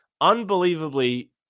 unbelievably